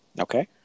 okay